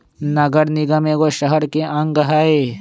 नगर निगम एगो शहरके अङग हइ